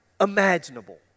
imaginable